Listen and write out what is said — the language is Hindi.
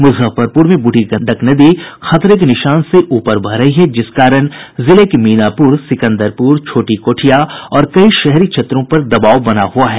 मूजफ्फरपूर में बूढ़ी गंडक नदी खतरे के निशान से ऊपर बह रही है जिस कारण जिले के मीनापूर सिकंदपूर छोटी कोठिया और कई शहरी क्षेत्रों पर दबाव बना हुआ है